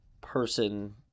person